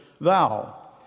thou